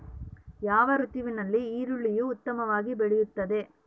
ಯಾವ ಋತುವಿನಲ್ಲಿ ಈರುಳ್ಳಿಯು ಉತ್ತಮವಾಗಿ ಬೆಳೆಯುತ್ತದೆ?